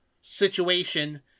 situation